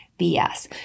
BS